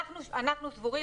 אנחנו סבורים